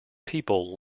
people